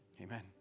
Amen